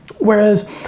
Whereas